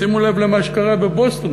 שימו לב למה שקרה בבוסטון.